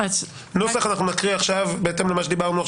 את הנוסח אנחנו נקריא עכשיו בהתאם למה שדיברנו.